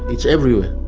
it's everywhere.